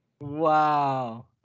wow